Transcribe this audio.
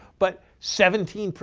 but seventeen?